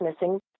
missing